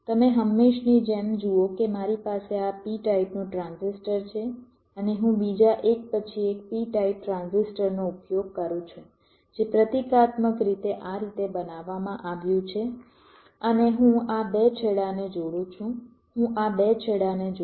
તમે હંમેશની જેમ જુઓ કે મારી પાસે આ n ટાઇપનું ટ્રાન્ઝિસ્ટર છે અને હું બીજા એક પછી એક p ટાઇપ ટ્રાન્ઝિસ્ટરનો ઉપયોગ કરું છું જે પ્રતીકાત્મક રીતે આ રીતે બતાવવામાં આવ્યું છે અને હું આ 2 છેડાને જોડું છું હું આ 2 છેડાને જોડું છું